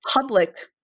public